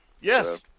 Yes